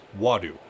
wadu